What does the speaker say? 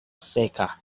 seka